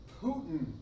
Putin